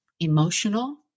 emotional